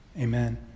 Amen